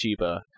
Chiba